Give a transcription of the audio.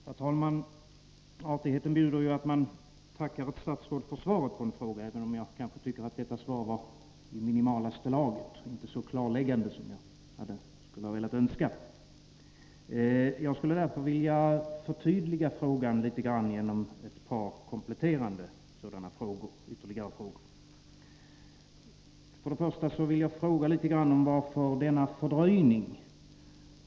Herr talman! Artigheten bjuder att man tackar ett statsråd för svaret på en fråga. Men jag tycker kanske att det här svaret är i minimalaste laget och inte så klarläggande som jag hade önskat. Jag vill därför förtydliga min fråga genom ett par kompletterande frågor. För det första vill jag fråga om orsaken till fördröjningen.